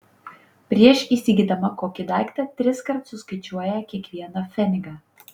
prieš įsigydama kokį daiktą triskart suskaičiuoja kiekvieną pfenigą